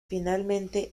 finalmente